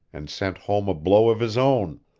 and sent home a blow of his own.